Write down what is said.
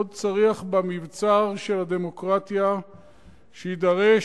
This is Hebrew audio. עוד צריח במבצר של הדמוקרטיה שיידרש.